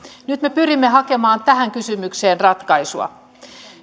nyt me pyrimme hakemaan tähän kysymykseen ratkaisua